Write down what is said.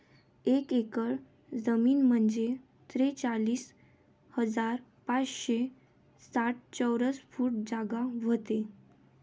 एक एकर जमीन म्हंजे त्रेचाळीस हजार पाचशे साठ चौरस फूट जागा व्हते